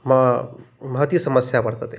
महती महती समस्या वर्तते